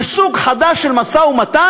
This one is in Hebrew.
זה סוג חדש של משא-ומתן,